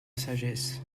sagesse